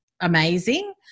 amazing